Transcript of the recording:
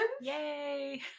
Yay